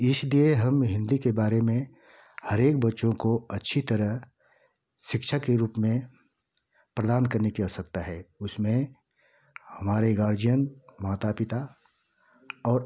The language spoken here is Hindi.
इसलिए हम हिन्दी के बारे में हरेक बच्चों को अच्छी तरह शिक्षा के रूप में प्रदान करने की आवश्यकता है और उसमें हमारे गार्जियन माता पिता और